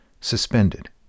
suspended